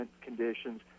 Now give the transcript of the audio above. conditions